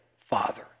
father